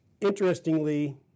interestingly